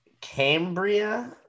Cambria